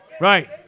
Right